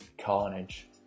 carnage